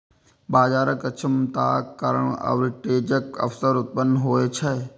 बाजारक अक्षमताक कारण आर्बिट्रेजक अवसर उत्पन्न होइ छै